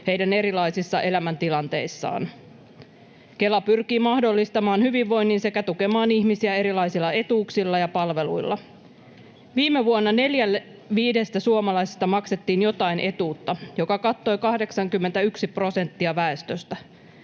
heidän erilaisissa elämäntilanteissaan. Kela pyrkii mahdollistamaan hyvinvoinnin sekä tukemaan ihmisiä erilaisilla etuuksilla ja palveluilla. Viime vuonna neljälle viidestä suomalaisesta maksettiin jotain etuutta, mikä kattoi 81 prosenttia väestöstä.